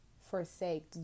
forsake